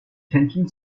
tension